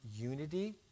unity